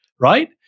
right